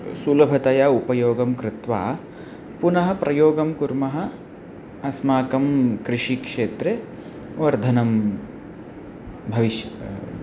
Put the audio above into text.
सुलभतया उपयोगं कृत्वा पुनः प्रयोगं कुर्मः अस्माकं कृषिक्षेत्रे वर्धनं भविष्यति